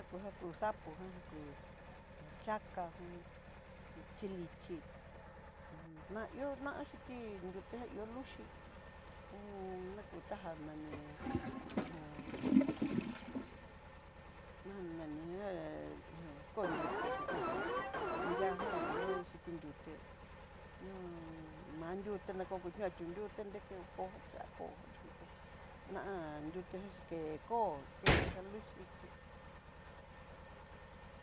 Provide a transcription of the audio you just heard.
Já jakú já jaku sapo, já jakú kuchaka chili'i chíí, naihó naxhiti nriuté ihó luxhí hon nrakutá já nani ho já nani ngá ihó konnriuté kan xhivii, nriján ihó xhitinruté no mandiuté na kó nriá ti'ó nruté, nreke kó nrakó chú kuku na'a nruté jan xhike kóo ké jaluchí ké.